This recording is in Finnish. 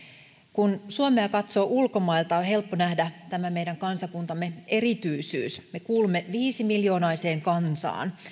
kun suomea katsoo ulkomailta on helppo nähdä tämän meidän kansakuntamme erityisyys me kuulumme viisimiljoonaiseen kansaan